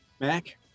Mac